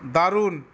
দারুন